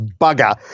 bugger